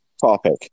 topic